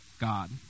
God